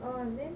orh then